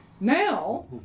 Now